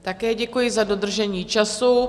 Také děkuji, za dodržení času.